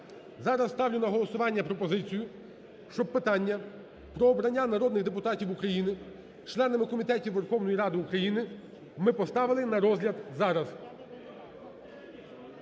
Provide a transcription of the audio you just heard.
зараз ставлю на голосування пропозицію, щоб питання про обрання народних депутатів України членами комітетів Верховної Ради України ми поставили на розгляд зараз.